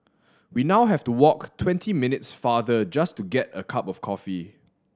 we now have to walk twenty minutes farther just to get a cup of coffee